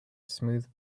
smooth